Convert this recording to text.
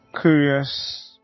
curious